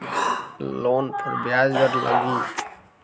Loan पर ब्याज दर लगी?